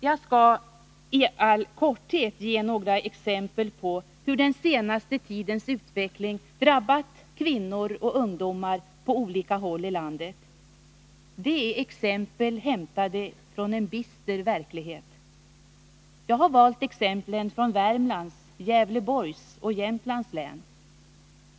Jag skall i all korthet ge några exempel på hur den senaste tidens utveckling drabbat kvinnor och ungdomar på olika håll i landet. Det är exempel hämtade från en bister verklighet. Jag har valt exemplen från Värmlands, Gävleborgs och Jämtlands län.